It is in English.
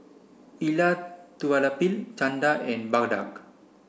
Elattuvalapil Chanda and Bhagat